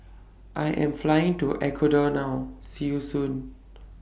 I Am Flying to Ecuador now See YOU Soon